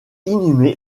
inhumé